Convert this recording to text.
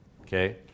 Okay